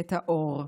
את האור.